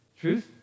Truth